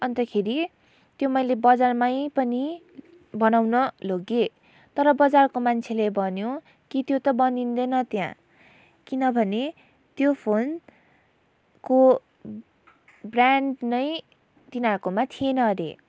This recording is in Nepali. अन्तखेरि त्यो मैले बजारमै पनि बनाउन लगेँ तर बजारको मान्छेले भन्यो कि त्यो त बनिँदैन त्यहाँ किनभने त्यो फोनको ब्रान्ड नै तिनीहरूकोमा थिएन अरे